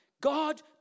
God